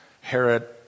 Herod